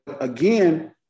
again